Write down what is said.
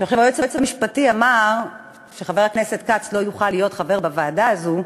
עכשיו היועץ המשפטי אמר שחבר הכנסת כץ לא יוכל להיות חבר בוועדה הזאת,